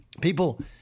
People